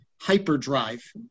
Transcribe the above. hyperdrive